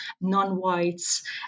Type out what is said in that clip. non-whites